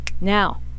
Now